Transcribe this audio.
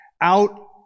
out